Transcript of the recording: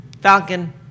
Falcon